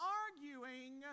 arguing